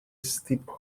stephen